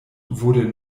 wurde